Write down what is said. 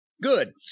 Good